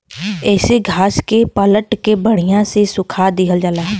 येसे घास के पलट के बड़िया से सुखा दिहल जाला